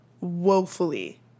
woefully